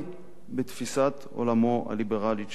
בתפיסת עולמו הליברלית של ראש בית"ר.